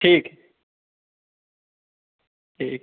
ठीक है ठीक है